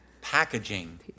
packaging